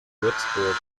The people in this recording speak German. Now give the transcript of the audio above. würzburg